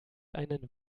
einen